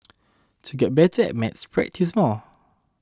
to get better at maths practise more